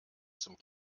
zum